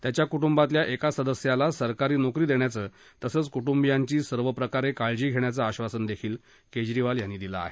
त्याच्या कु बातल्या एका सदस्याला सरकारी नोकरी देण्याचं तसंच कुटुबियांची सर्वप्रकारे काळजी घेण्याचं आश्वासन केजरीवाल यांनी दिलं आहे